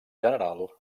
general